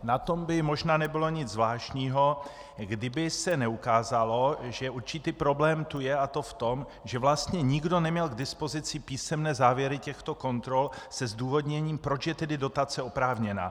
Na tom by možná nebylo nic zvláštního kdyby se neukázalo, že určitý problém tu je, a to v tom, že vlastně nikdo neměl k dispozici písemné závěry těchto kontrol se zdůvodněním, proč je tedy dotace oprávněná.